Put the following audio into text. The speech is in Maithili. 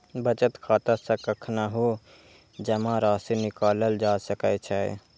बचत खाता सं कखनहुं जमा राशि निकालल जा सकै छै